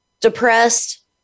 depressed